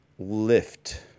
Lift